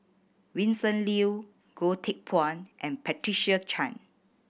Vincent Leow Goh Teck Phuan and Patricia Chan